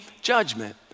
judgment